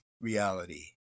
reality